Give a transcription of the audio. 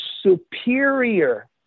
superior